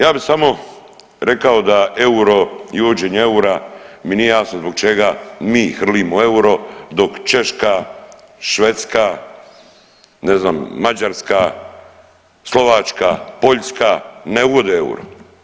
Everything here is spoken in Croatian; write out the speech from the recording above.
Ja bi samo rekao da euro i uvođenje eura mi nije jasno zbog čega mi hrlimo u euro dok Češka, Švedska ne znam Mađarska, Slovačka, Poljska ne uvode euro.